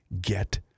Get